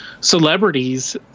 celebrities